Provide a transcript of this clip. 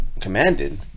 commanded